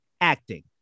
acting